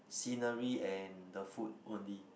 scenery and the food only